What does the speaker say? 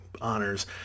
honors